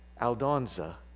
Aldonza